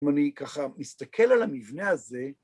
כמו אני, ככה, מסתכל על המבנה הזה,